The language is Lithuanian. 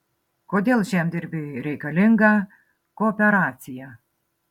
kodėl žemdirbiui reikalinga kooperacija